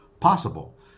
possible